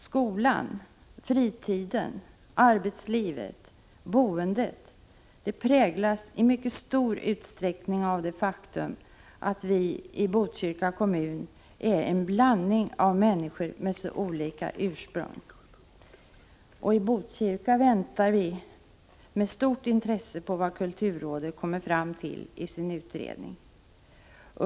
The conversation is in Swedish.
Skolan, fritiden, arbetslivet och boendet präglas i mycket stor utsträckning av det faktum att det i Botkyrka finns en blandning av märniskor med olika ursprung. I Botkyrka väntar vi med stort intresse på vad kulturrådet kommer fram till i sin utredning.